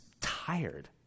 tired